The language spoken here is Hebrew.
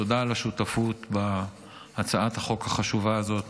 תודה על השותפות בהצעת החוק החשובה הזאת,